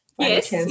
Yes